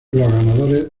ganadores